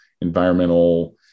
environmental